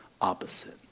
opposite